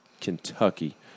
Kentucky